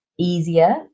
easier